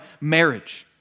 marriage